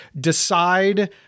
decide